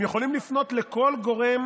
הם יכולים לפנות לכל גורם